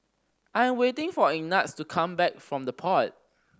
I am waiting for Ignatz to come back from The Pod